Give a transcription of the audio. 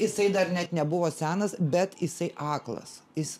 jisai dar net nebuvo senas bet jisai aklas jis